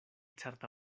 certa